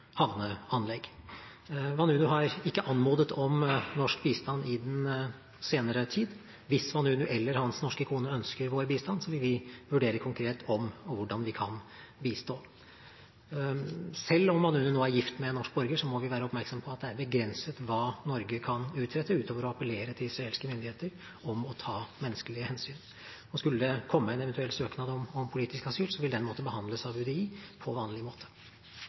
havneanlegg. Vanunu har ikke anmodet om norsk bistand i den senere tid. Hvis Vanunu eller hans norske kone ønsker vår bistand, vil vi vurdere konkret om og hvordan vi kan bistå. Selv om Vanunu nå er gift med en norsk borger, må vi være oppmerksom på at det er begrenset hva Norge kan utrette, utover å appellere til israelske myndigheter om å ta menneskelige hensyn. Skulle det komme en eventuell søknad om politisk asyl, vil den måtte behandles av UDI på vanlig måte.